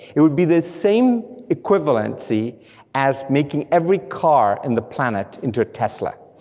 it would be the same equivalency as making every car in the planet into a tesla.